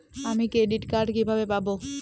আমি credit card কিভাবে পাবো?